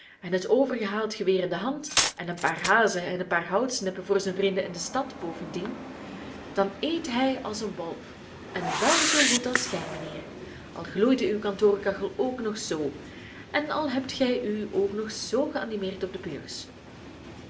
en het overgehaald geweer in de hand en een paar hazen en een paar houtsnippen voor zijn vrienden in de stad bovendien dan eet hij als een wolf en wèl zoo goed als gij mijnheer al gloeide uw kantoorkachel ook nog zoo en al hebt gij u ook nog zoo geanimeerd op de beurs